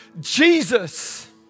Jesus